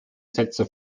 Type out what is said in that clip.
sätze